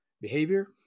behavior